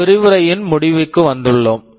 இந்த விரிவுரையின் முடிவுக்கு வந்துள்ளோம்